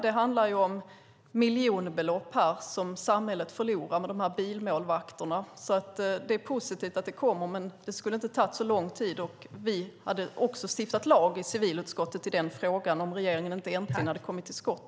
Det handlar här om miljonbelopp som samhället förlorar på bilmålvakterna. Det är positivt att det kommer ett förslag, men det skulle inte ha tagit så lång tid. Vi hade också stiftat lag i civilutskottet i frågan om inte regeringen äntligen hade kommit till skott.